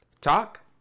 talk